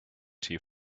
tea